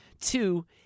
two